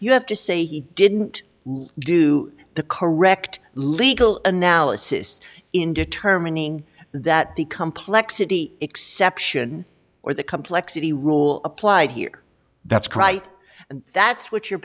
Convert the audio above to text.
you have to say he didn't do the correct legal analysis in determining that the complexity exception or the complexity rule applied here that's quite and that's what your